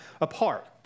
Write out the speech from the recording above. apart